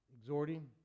Exhorting